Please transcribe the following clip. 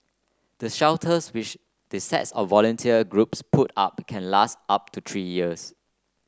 the shelters which the sets of volunteer groups put up can last up to three years